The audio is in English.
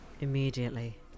Immediately